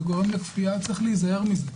זה גורם לכפייה וצריך להיזהר מזה.